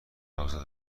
آزاد